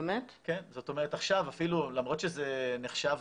למרות שזה נחשב